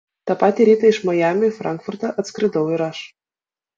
tą patį rytą iš majamio į frankfurtą atskridau ir aš